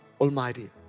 Almighty